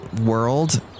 world